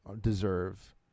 deserve